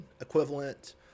equivalent